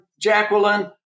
Jacqueline